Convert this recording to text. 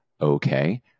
Okay